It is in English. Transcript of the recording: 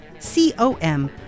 c-o-m